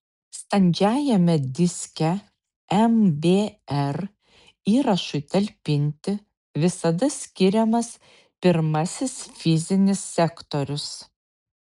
standžiajame diske mbr įrašui talpinti visada skiriamas pirmasis fizinis sektorius